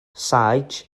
saets